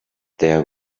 there